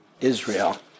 Israel